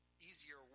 easier